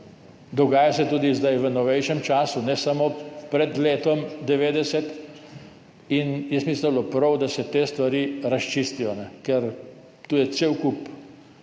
dogajajo se tudi zdaj v novejšem času, ne samo pred letom 1990, in jaz mislim, da bi bilo prav, da se te stvari razčistijo, ker tu je cel kup